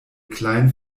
kleinen